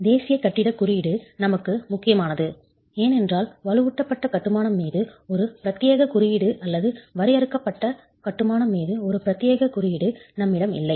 தேசிய கட்டிடக் குறியீடு நமக்கு முக்கியமானது ஏனென்றால் வலுவூட்டப்பட்ட கட்டுமானம் மீது ஒரு பிரத்யேக குறியீடு அல்லது வரையறுக்கப்பட்ட கட்டுமானம் மீது ஒரு பிரத்யேக குறியீடு நம்மிடம் இல்லை